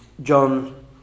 John